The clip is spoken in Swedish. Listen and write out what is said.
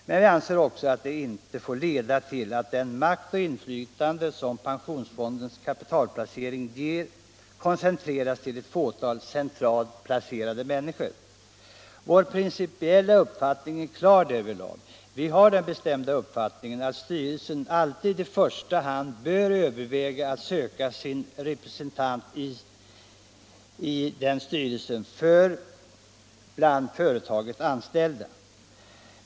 Men vi anser också att det inte får leda till att den makt och det inflytande som pensionsfondens kapitalplacering ger koncentreras till ett fåtal centralt placerade människor. Vår principiella uppfattning är klar därvidlag. Vi har den bestämda uppfattningen att styrelsen alltid i första hand bör överväga att söka sin representant i styrelsen bland företagets anställda.